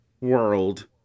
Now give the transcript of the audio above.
world